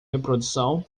reprodução